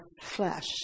flesh